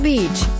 Beach